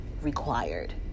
required